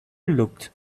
locked